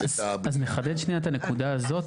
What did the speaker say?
אז נחדד שנייה את הנקודה הזאת.